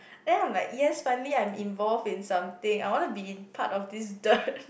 then I'm like yes finally I'm involved in something I want to be in part of this dirt